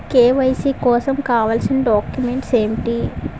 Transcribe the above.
KYC కోసం కావాల్సిన documents ఎంటి?